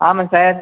ஆமாம் சார்